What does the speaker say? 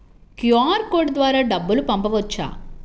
QR code ద్వారా డబ్బులు పంపవచ్చా?